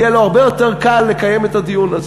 יהיה לו הרבה יותר קל לקיים את הדיון הזה.